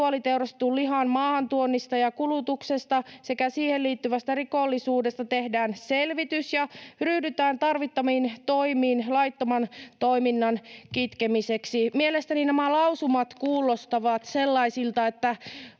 rituaaliteurastetun lihan maahantuonnista ja kulutuksesta sekä siihen liittyvästä rikollisuudesta tehdään selvitys ja ryhdytään tarvittaviin toimiin laittoman toiminnan kitkemiseksi.” Mielestäni nämä lausumat kuulostavat sellaisilta, että